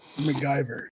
macgyver